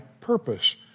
purpose